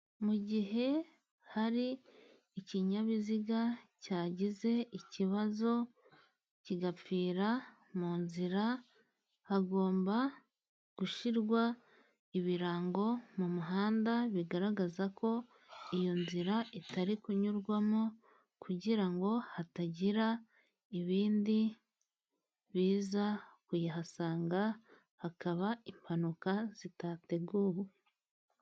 Mu gihe hari ikinyabiziga cyagize ikibazo kigapfira mu nzira, hagomba gushyirwa ibirango mu muhanda bigaragaza ko iyo nzira itari kunyurwamo, kugira hatagira ibindi biza kuyihasanga hakaba impanuka zitateguwe.